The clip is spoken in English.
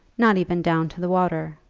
not even down to the water.